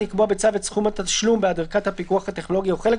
לקבוע בצו את סכום התשלום בעד ערכת הפיקוח הטכנולוגי או חלק